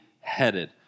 headed